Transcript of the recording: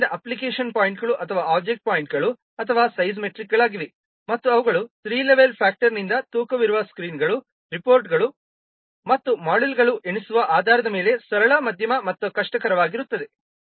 ಆದ್ದರಿಂದ ಅಪ್ಲಿಕೇಶನ್ ಪಾಯಿಂಟ್ಗಳು ಅಥವಾ ಒಬ್ಜೆಕ್ಟ್ ಪಾಯಿಂಟ್ಗಳು ಅವು ಸೈಜ್ ಮೆಟ್ರಿಕ್ಗಳಾಗಿವೆ ಮತ್ತು ಅವುಗಳು ಥ್ರೀ ಲೆವೆಲ್ ಫ್ಯಾಕ್ಟರ್ನಿಂದ ತೂಕವಿರುವ ಸ್ಕ್ರೀನ್ಗಳು ರಿಪೋರ್ಟ್ಗಳು ಮತ್ತು ಮಾಡ್ಯೂಲ್ಗಳ ಎಣಿಸುವ ಆಧಾರದ ಮೇಲೆ ಸರಳ ಮಧ್ಯಮ ಮತ್ತು ಕಷ್ಟಕರವಾಗಿರುತ್ತದೆ